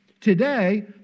Today